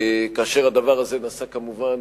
כאשר הדבר הזה נעשה, כמובן,